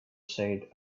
said